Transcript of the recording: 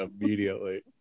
immediately